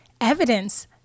evidence